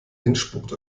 endspurt